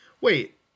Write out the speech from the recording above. Wait